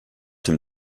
dem